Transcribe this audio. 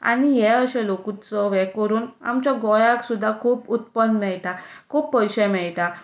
आनी हे अशें लोकोत्सव अशे करून आमच्या गोंयाक सुद्दां खूब उत्पन्न मेळटा खूब पयशे मेळटा